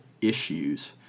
issues